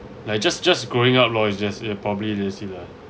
like just just growing up lor it's just a probably that's it lah